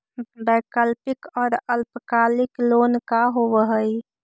वैकल्पिक और अल्पकालिक लोन का होव हइ?